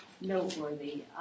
noteworthy